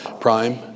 Prime